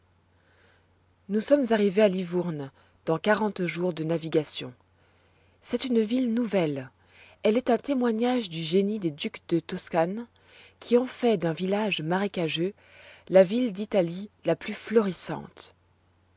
nous sommes arrivés à livourne dans quarante jours de navigation c'est une ville nouvelle elle est un témoignage du génie des ducs de toscane qui ont fait d'un village marécageux la ville d'italie la plus florissante